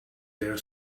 their